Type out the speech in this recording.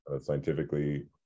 scientifically